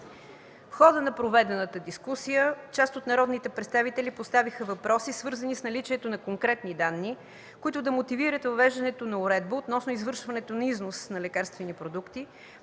В хода на проведената дискусия, част от народните представители поставиха въпроси свързани с наличието на конкретни данни, които да мотивират въвеждането на уредба относно извършването на износ на лекарствени продукти,